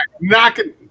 knocking